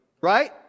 Right